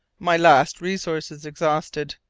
my last resources exhausted.